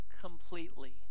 completely